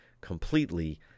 completely